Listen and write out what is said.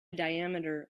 diameter